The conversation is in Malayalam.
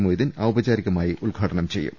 മൊയ്തീൻ ഔപചാരികമായി ഉദ്ഘാടനം ചെയ്യും